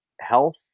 health